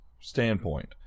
standpoint